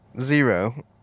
Zero